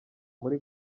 muri